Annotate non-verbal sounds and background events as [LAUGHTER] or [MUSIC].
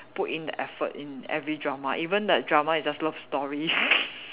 put in the effort in every drama even the drama is just love story [LAUGHS]